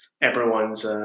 everyone's –